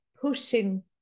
pushing